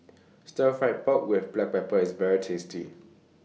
Stir Fry Pork with Black Pepper IS very tasty